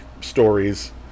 stories